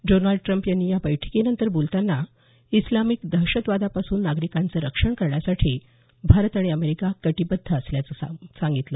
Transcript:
Donald Trump यांनी या बैठकीनंतर बोलताना इस्लामिक दहशतवादापासून नागरिकांचं रक्षण करण्यासाठी भारत आणि अमेरिका कटीबद्ध असल्याचं म्हटलं